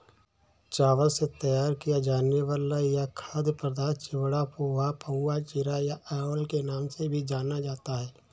चावल से तैयार किया जाने वाला यह खाद्य पदार्थ चिवड़ा, पोहा, पाउवा, चिरा या अवल के नाम से भी जाना जाता है